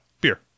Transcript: Beer